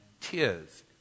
tears